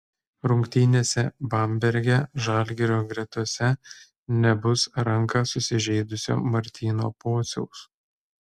rungtynėse bamberge žalgirio gretose nebus ranką susižeidusio martyno pociaus